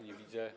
Nie widzę.